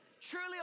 truly